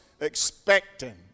expecting